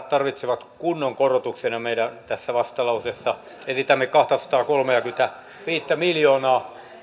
tarvitsevat kunnon korotuksen ja meidän vastalauseessamme esitämme kahtasataakolmeakymmentäviittä miljoonaa